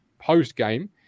post-game